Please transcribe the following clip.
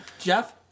Jeff